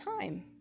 time